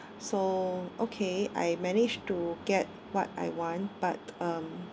so okay I managed to get what I want but um